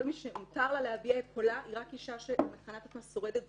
כל מי שמותר לה להביע את קולה היא רק אישה ששורדת זנות.